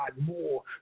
more